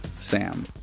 Sam